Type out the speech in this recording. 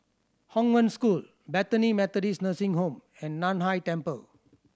Hong Wen School Bethany Methodist Nursing Home and Nan Hai Temple